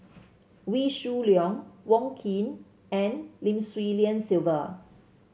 Wee Shoo Leong Wong Keen and Lim Swee Lian Sylvia